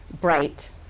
bright